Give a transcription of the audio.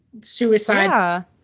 suicide